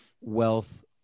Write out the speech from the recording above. wealth